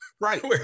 Right